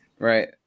Right